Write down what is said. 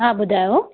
हा ॿुधायो